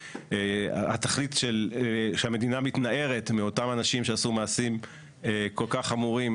שלפיה התכלית שהמדינה מתנערת מאותם אנשים שעשו מעשים כל כך חמורים,